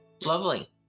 Lovely